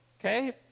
Okay